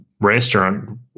restaurant